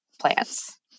plants